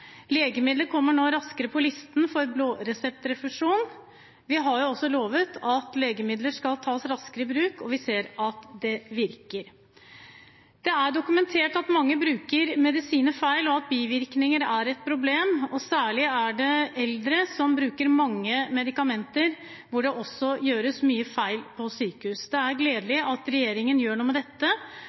Legemidler kommer nå raskere på listen for blåreseptrefusjon. Vi har også lovet at legemidler skal tas raskere i bruk, og vi ser at det virker. Det er dokumentert at mange bruker medisiner feil, og at bivirkninger er et problem. Særlig er det eldre som bruker mange medikamenter. Her gjøres det også mye feil på sykehus. Det er gledelig at regjeringen gjør noe med dette.